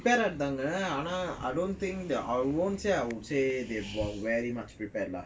prepare ah இருந்தாங்கஆனா:irunthanga ana I don't think I wont't say I would say they were very much prepared lah